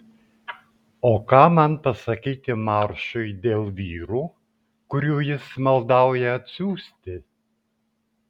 o ką man pasakyti maršui dėl vyrų kurių jis maldauja atsiųsti